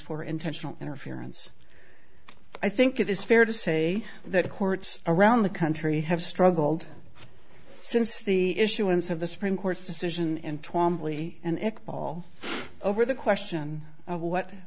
for intentional interference i think it is fair to say that courts around the country have struggled since the issuance of the supreme court's decision in twamley and it all over the question of what